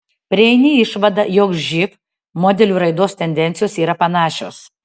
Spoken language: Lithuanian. prieini išvadą jog živ modelių raidos tendencijos yra panašios